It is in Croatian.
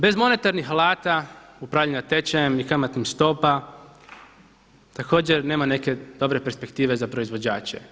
Bez monetarnih alata, upravljanja tečajem, i kamatnih stopa također nema neke dobre perspektive za proizvođače.